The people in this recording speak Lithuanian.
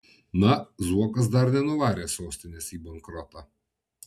na zuokas dar nenuvarė sostinės į bankrotą